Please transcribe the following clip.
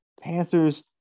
Panthers